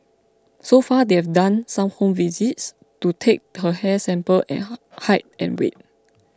so far they've done some home visits to take her hair sample and height and weight